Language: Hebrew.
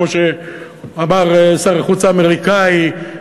כמו שאמר שר החוץ האמריקני,